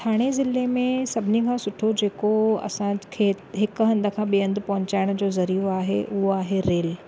थाणे जिले में सभिनी खां सुठो जेको असांखे हिकु हंध खां ॿिए हंध पहुंचाइण जो ज़रियो आहे उहो आहे रेल